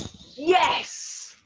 yes!